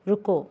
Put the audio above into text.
ਰੁਕੋ